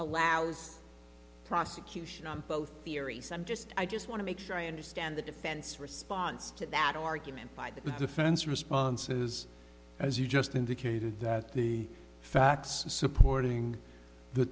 allows prosecution on both theories i'm just i just want to make sure i understand the defense response to that argument by the defense response is as you just indicated that the facts supporting the